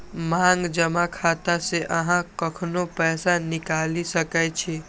मांग जमा खाता सं अहां कखनो पैसा निकालि सकै छी